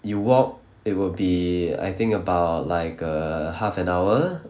you walk it will be I think about like err half an hour